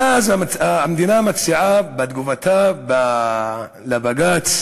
ואז המדינה מציעה בתשובתה לבג"ץ